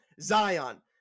Zion